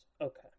Okay